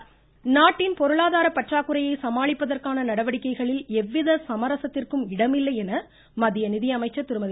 நிர்மலா சீதாராமன் நாட்டின் பொருளாதார பற்றாக்குறையை சமாளிப்பதற்கான நடவடிக்கைகளில் எவ்வித சமரசத்திற்கும் இடமில்லை என மத்திய நிதியமைச்சர் திருமதி